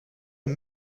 een